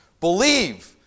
Believe